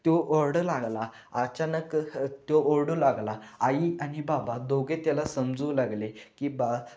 तो ओरडू लागला अचानक तो ओरडू लागला आई आणि बाबा दोघे त्याला समजवू लागले की बा